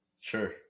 Sure